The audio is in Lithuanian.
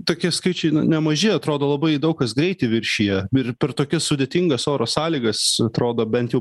tokie skaičiai nemaži atrodo labai daug kas greitį viršija ir per tokias sudėtingas oro sąlygas atrodo bent jau